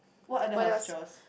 what other house chores